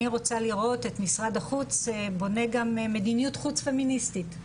אני רוצה לראות את משרד החוץ בונה גם מדיניות חוץ פמיניסטית.